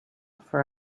for